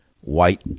white